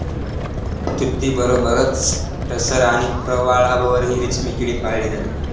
तुतीबरोबरच टसर आणि प्रवाळावरही रेशमी किडे पाळले जातात